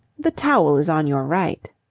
the towel is on your right.